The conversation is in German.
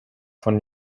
von